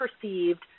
perceived